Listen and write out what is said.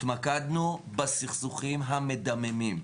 התמקדנו בסכסוכים המדממים.